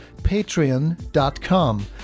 patreon.com